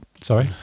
sorry